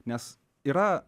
nes yra